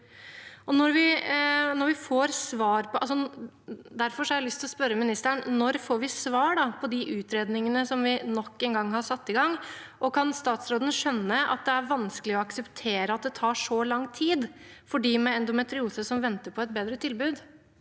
Når får vi svar på de utredningene som vi nok en gang har satt i gang, og kan statsråden skjønne at det er vanskelig å akseptere at det tar så lang tid for dem med endometriose som venter på et bedre tilbud?